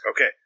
Okay